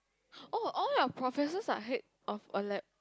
oh all your professors are head of a lab